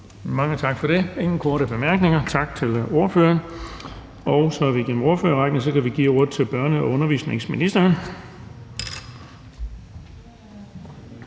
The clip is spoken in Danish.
Mange tak for det. Der er ingen korte bemærkninger. Tak til ordføreren. Så er vi igennem ordførerrækken, og så kan vi give ordet til børne- og undervisningsministeren.